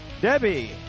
Debbie